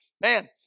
Man